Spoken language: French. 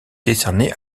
décerné